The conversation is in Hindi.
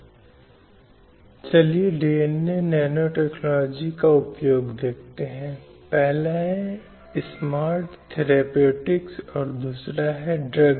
सभी मानव अधिकारों और महिलाओं के मौलिक स्वतंत्रता का पूरे जीवन चक्र में संरक्षण और संवर्धन हो